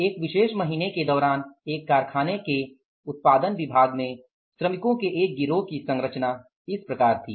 एक विशेष महीने के दौरान एक कारखाने के उत्पादन विभाग में श्रमिकों के एक गिरोह की संरचना इस प्रकार थी